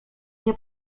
nie